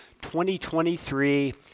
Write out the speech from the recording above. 2023